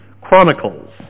chronicles